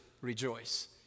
rejoice